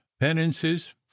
penances